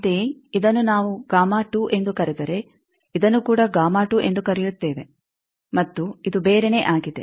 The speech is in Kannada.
ಅಂತೆಯೇ ಇದನ್ನು ನಾವು ಎಂದು ಕರೆದರೆ ಇದನ್ನೂ ಕೂಡ ಎಂದು ಕರೆಯುತ್ತೇವೆ ಮತ್ತು ಇದು ಬೇರೆನೆ ಆಗಿದೆ